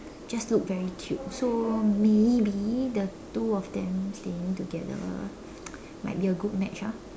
just look very cute so maybe the two of them staying together might be a good match ah